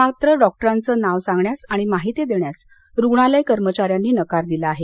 मात्र डॉक्टरचे नाव सांगण्यास आणि माहिती देण्यास रुग्णालय कर्मचाऱ्यांनी नकार दिला आहे